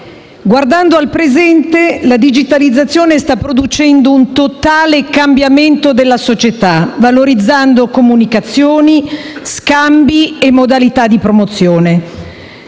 Guardando al presente, la digitalizzazione sta producendo un totale cambiamento della società, valorizzando comunicazioni, scambi e modalità di promozione.